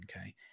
Okay